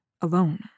alone